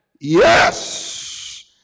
Yes